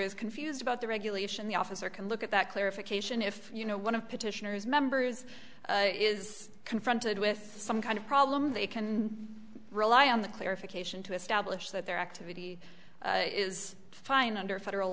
is confused about the regulation the officer can look at that clarification if you know one of petitioners members is confronted with some kind of problem they can rely on the clarification to establish that their activity is fine under federal